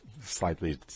slightly